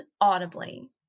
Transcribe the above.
audibly